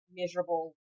miserable